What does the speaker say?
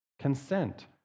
Consent